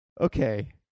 Okay